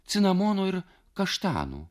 cinamono ir kaštanų